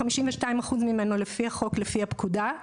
כ-52% ממנו לפי הפקודה,